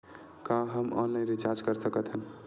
का हम online recharge कर सकत हन?